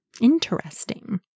Interesting